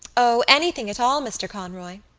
o, anything at all, mr. conroy.